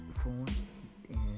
phone